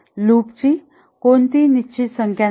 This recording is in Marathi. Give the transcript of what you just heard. लूप ची कोणतीही निश्चित संख्या नाही